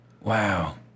Wow